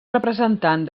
representant